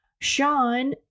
Sean